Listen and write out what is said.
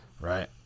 Right